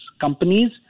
companies